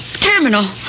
Terminal